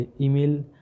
email